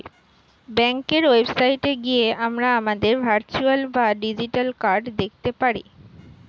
ব্যাঙ্কের ওয়েবসাইটে গিয়ে আমরা আমাদের ভার্চুয়াল বা ডিজিটাল কার্ড দেখতে পারি